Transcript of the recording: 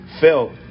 felt